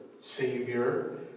Savior